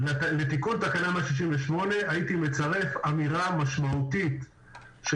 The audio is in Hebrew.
לתיקון תקנה 168 הייתי מצרף אמירה משמעותית של